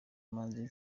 manzi